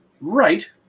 right